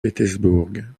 pétersbourg